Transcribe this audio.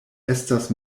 estas